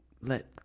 let